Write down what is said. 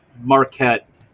Marquette